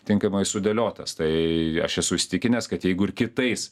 tinkamai sudėliotas tai aš esu įsitikinęs kad jeigu ir kitais